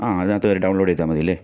ആ അതിനകത്ത് കയറി ഡൗൺലോഡ് ചെയ്താൽ മതിയല്ലെ